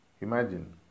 Imagine